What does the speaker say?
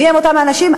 מי הם אותם אנשים?